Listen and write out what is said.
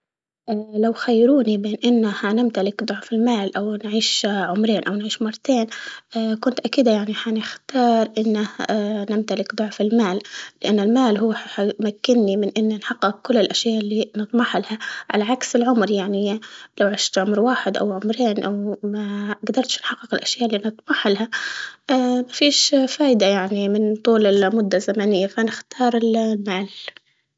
لو خيروني بين إنه نمتلك ضعف المال أو نعيش عمرين أو نعيش مرتين كنت أكيدة حنختار إنه نمتلك ضعف المال، لأن المال هو حيمكني أحقق كل الأشياء اللي نطمح، لها، على عكس العمر يعني لو عشت عمر واحد أو عمرين أو ما قدرتش نحقق الأشياء اللي نطمحلها مفيش فايدة يعني من طول المدة الزمنية، فنختار المال.